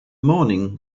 morning